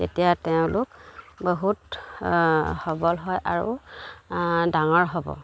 তেতিয়া তেওঁলোক বহুত সবল হয় আৰু ডাঙৰ হ'ব